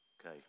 Okay